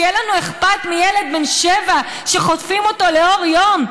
שיהיה לנו אכפת מילד בן שבע שחוטפים אותו לאור יום,